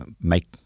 make